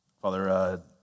Father